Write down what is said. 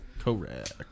correct